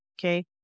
okay